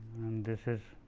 this is